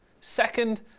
Second